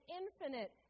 infinite